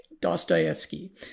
Dostoevsky